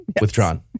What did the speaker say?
Withdrawn